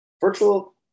virtual